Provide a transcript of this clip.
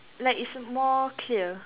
like it's more clear